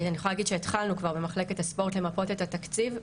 אני יכולה להגיד שהתחלנו כבר במחלקת הספורט למפות את התקציב,